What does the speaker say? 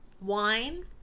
wine